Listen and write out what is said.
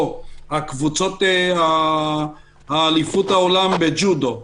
קבוצות אליפות העולם בג'ודו.